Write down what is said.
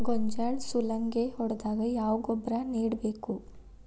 ಗೋಂಜಾಳ ಸುಲಂಗೇ ಹೊಡೆದಾಗ ಯಾವ ಗೊಬ್ಬರ ನೇಡಬೇಕು?